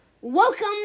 welcome